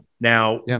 Now